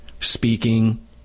speaking